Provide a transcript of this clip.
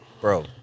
Bro